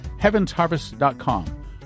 heavensharvest.com